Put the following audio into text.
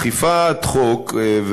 אכיפת חוק,